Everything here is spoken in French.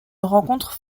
rencontre